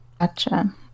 Gotcha